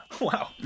Wow